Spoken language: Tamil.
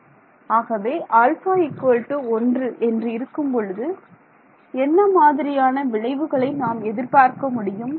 ஆகவே α 1 என்று இருக்கும் பொழுது என்ன மாதிரியான விளைவுகளை நாம் எதிர்பார்க்க முடியும்